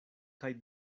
kaj